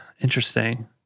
Interesting